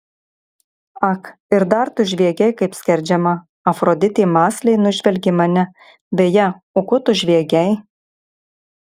ak ir dar tu žviegei kaip skerdžiama afroditė mąsliai nužvelgė mane beje o ko tu žviegei